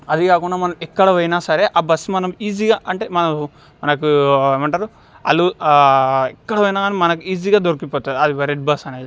అది కాకుండా మనం ఎక్కడ పోయినా సరే ఆ బస్సు మనం ఈజీగా అంటే మనకు మనకు ఏమంటారు వాళ్ళు ఎక్కడ పోయినా కాని మనకు ఈజీగా దొరికిపోతుంది అది రెడ్ బస్సు అనేది